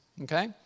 Okay